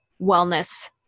wellness